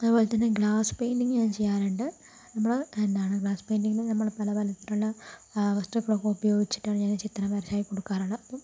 അതുപോലെത്തന്നെ glass painting ഞാൻ ചെയ്യാറുണ്ട് നമ്മള് എന്താണ് ഗ്ലാസ് പെയിൻറ്റിങിൽ നമ്മള് പല പല നിറത്തിലുള്ള വസ്തുക്കളൊക്കെ ഉപയോഗിച്ചിട്ടാണ് ഞാൻ ഈ ചിത്രം വരച്ച് കൊടുക്കാറുള്ളു അപ്പം